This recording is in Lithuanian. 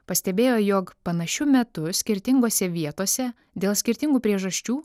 pastebėjo jog panašiu metu skirtingose vietose dėl skirtingų priežasčių